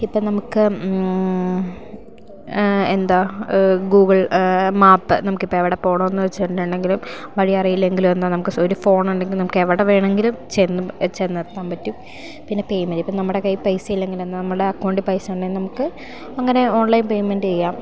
ഇപ്പം നമുക്ക് എന്താ ഗൂഗിൾ മാപ്പ് നമുക്കിപ്പെവിടെ പോകണമെന്നു വെച്ചിട്ടുണ്ടെങ്കിലും വഴിയറിയില്ലെങ്കിലൊന്ന് നമുക്ക് ഒരു ഫോണുണ്ടെങ്കിൽ നമുക്കെവിടെ വേണമെങ്കിലും ചെന്ന് ചെന്നെത്താൻ പറ്റും പിന്നെ പേമെൻറ്റ് ഇപ്പം നമ്മുടെ കൈയ്യിൽ പൈസയില്ലെങ്കിലെന്ന് നമ്മുടെ അക്കൗണ്ടിൽ പൈസയുണ്ടേ നമുക്ക് അങ്ങനെ ഓൺലൈൻ പേമെൻ്റ് ചെയ്യാം